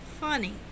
funny